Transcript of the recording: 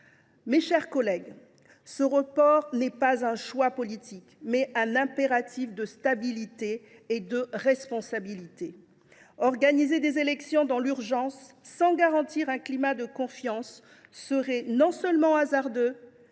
Mes chers collègues, ce report est non pas un choix politique, mais un impératif de stabilité et de responsabilité. Organiser des élections dans l’urgence, sans garantir un climat de confiance, serait non seulement hasardeux,